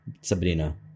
Sabrina